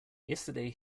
yesterday